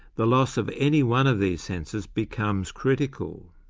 the loss of any one of these senses becomes critical.